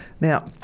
now